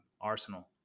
arsenal